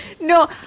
No